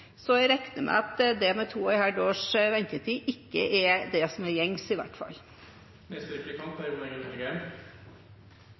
Så jeg regner med at to og et halvt års ventetid ikke er det som er gjengs, i hvert